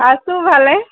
আছোঁ ভালে